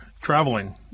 traveling